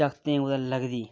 जागतें गी कुदै लगदी